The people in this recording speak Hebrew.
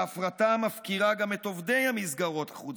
ההפרטה מפקירה גם את עובדי המסגרות החוץ-ביתיות.